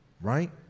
right